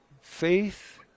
Faith